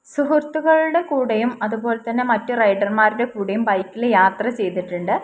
സുഹൃത്തുകളുടെകൂടെയും അതുപോലെ തന്നെ മറ്റു റൈഡർമാരുടെകൂടെയും ബൈക്കിൽ യാത്ര ചെയ്തിട്ടുണ്ട്